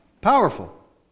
powerful